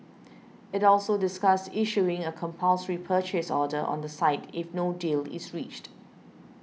it also discussed issuing a compulsory purchase order on the site if no deal is reached